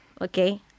okay